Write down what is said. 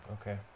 Okay